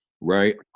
right